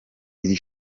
iri